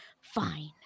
Fine